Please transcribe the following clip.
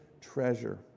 treasure